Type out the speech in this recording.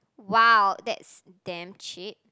!wow! that's damn cheap